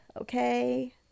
Okay